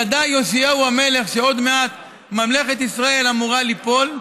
ידע יאשיהו המלך שעוד מעט ממלכת ישראל אמורה ליפול,